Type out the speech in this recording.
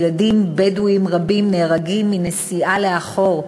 ילדים בדואים רבים נהרגים מנסיעה לאחור.